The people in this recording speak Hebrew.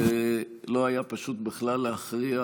ולא היה פשוט בכלל להכריע.